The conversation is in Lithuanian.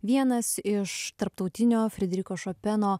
vienas iš tarptautinio frederiko šopeno